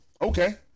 Okay